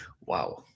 Wow